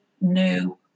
new